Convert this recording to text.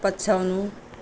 पछ्याउनु